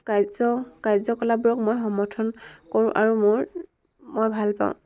কাৰ্য কাৰ্য কলাপবোৰক মই সমৰ্থন কৰোঁ আৰু মোৰ মই ভাল পাওঁ